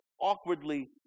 awkwardly